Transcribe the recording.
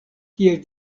kiel